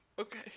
Okay